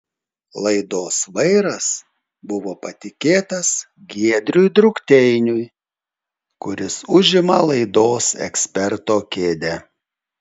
laidos vairas buvo patikėtas giedriui drukteiniui kuris užima laidos eksperto kėdę